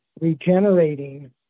regenerating